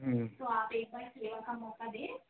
तो आप एक बार सेवा का मौका दें